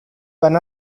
van